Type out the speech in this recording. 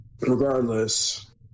Regardless